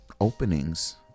Openings